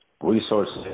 resources